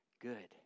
good